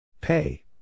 Pay